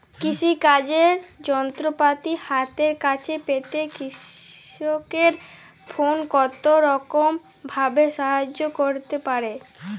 কৃষিকাজের যন্ত্রপাতি হাতের কাছে পেতে কৃষকের ফোন কত রকম ভাবে সাহায্য করতে পারে?